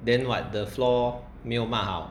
then what the floor 没有抹好